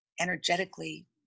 energetically